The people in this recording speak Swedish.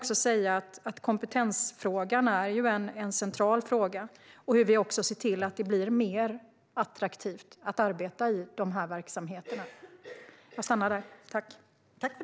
Kompetensfrågan är en central fråga och hur vi ser till att det blir mer attraktivt att arbeta i verksamheterna. Jag stannar där.